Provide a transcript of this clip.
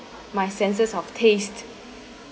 my senses of taste